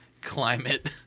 climate